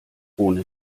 ohne